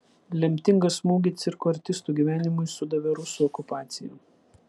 lemtingą smūgį cirko artistų gyvenimui sudavė rusų okupacija